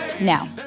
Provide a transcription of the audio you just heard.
Now